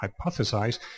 hypothesize